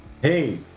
Hey